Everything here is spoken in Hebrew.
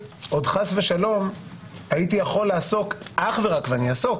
עוד חס ושלום הייתי יכול לעסוק אך ורק ואני אעסוק